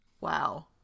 Wow